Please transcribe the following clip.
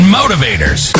motivators